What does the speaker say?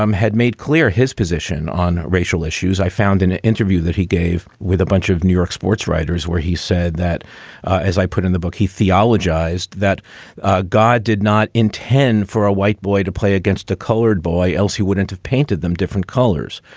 um had made clear his position on racial issues. i found in an interview that he gave with a bunch of new york sportswriters where he said that as i put in the book, he theologies that god did not intend for a white boy to play against a colored boy else wouldn't have painted them different colors.